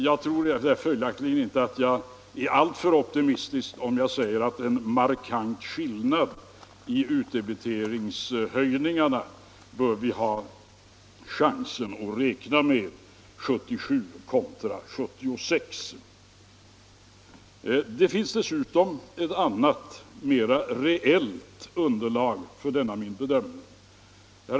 Jag tror därför inte att jag är överoptimistisk, om jag säger att vi bör ha en god chans att räkna med en markant skillnad i utdebiteringshöjningarna 1977 jämfört med 1976. Dessutom finns det ett annat och mera reellt underlag för min bedömning.